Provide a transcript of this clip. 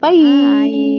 Bye